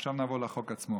עכשיו נעבור לחוק עצמו.